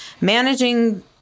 managing